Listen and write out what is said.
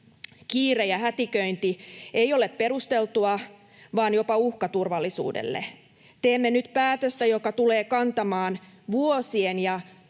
Kiire ja hätiköinti ei ole perusteltua vaan jopa uhka turvallisuudelle. Teemme nyt päätöstä, joka tulee kantamaan vuosien ja